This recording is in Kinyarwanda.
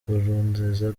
nkurunziza